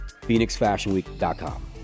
phoenixfashionweek.com